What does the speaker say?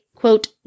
quote